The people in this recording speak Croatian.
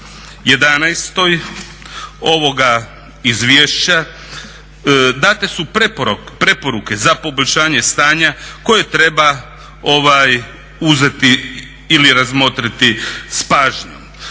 11 ovoga izvješća date su preporuke za poboljšanja stanja koje treba uzeti ili razmotriti s pažnjom.